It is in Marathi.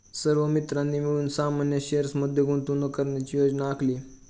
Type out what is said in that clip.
सर्व मित्रांनी मिळून सामान्य शेअर्स मध्ये गुंतवणूक करण्याची योजना आखली